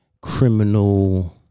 criminal